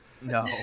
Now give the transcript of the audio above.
No